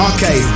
Okay